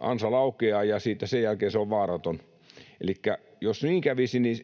ansa laukeaa, ja sen jälkeen se on vaaraton. Elikkä jos niin kävisi, niin